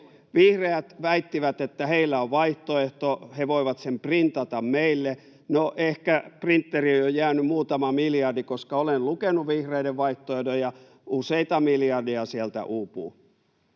Vihreät väittivät, että heillä on vaihtoehto, he voivat sen printata meille. No, ehkä printteriin on jäänyt muutama miljardi, koska olen lukenut vihreiden vaihtoehdon, ja useita miljardeja sieltä uupuu.